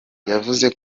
yavuze